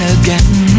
again